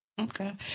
Okay